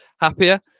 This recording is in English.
happier